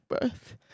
birth